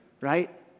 right